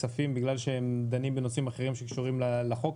הכספים כי שם דנים בנושאים אחרים שקשורים לחוק.